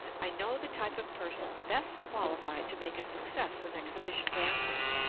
i know the type of person best qualified to make a success in exhibition dancing,